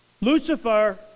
Lucifer